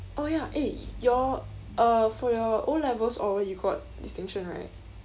oh ya eh your uh for your O-levels oral you got distinction right